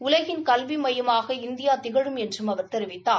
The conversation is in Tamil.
உலகின் கல்வி மையமாக இந்தியா திகழும் என்று அவர் தெரிவித்தார்